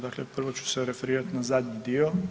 Dakle, prvo ću se referirati na zadnji dio.